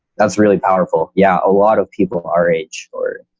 that's really powerful. yeah, a lot of people our age or,